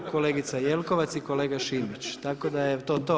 Kolegica Jelkovac i kolega Šimić, tako da je to to.